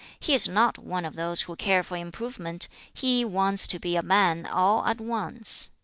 he is not one of those who care for improvement he wants to be a man all at once.